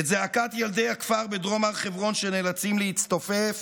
את זעקת ילדי הכפר בדרום הר חברון שנאלצים להצטופף